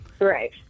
right